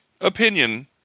opinion